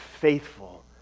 faithful